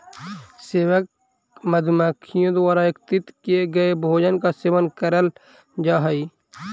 सेवक मधुमक्खियों द्वारा एकत्रित किए गए भोजन का सेवन करल जा हई